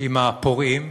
עם הפורעים,